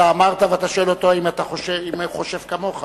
אתה אמרת, ואתה שואל אותו אם הוא חושב כמוך.